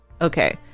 okay